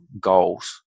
goals